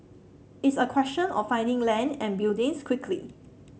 it's a question of finding land and buildings quickly